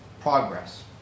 progress